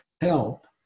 help